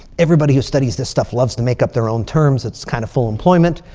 everybody who studies this stuff loves to make up their own terms. it's kind of full employment.